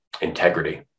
integrity